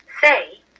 Say